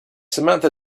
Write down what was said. samantha